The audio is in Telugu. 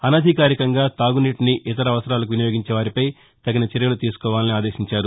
అనధికారికంగా తాగునీటిని ఇతర అవసరాలకు వినియోగించే వారిపై తగిన చర్యలు తీసుకోవాలని ఆదేశించారు